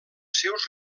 seus